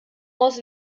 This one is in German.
aus